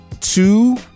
two